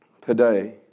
today